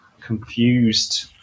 confused